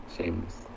Shameless